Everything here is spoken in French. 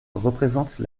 représente